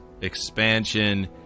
expansion